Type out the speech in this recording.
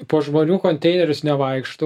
po žmonių konteinerius nevaikštau